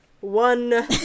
one